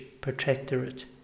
protectorate